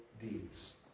deeds